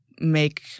make